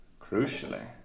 crucially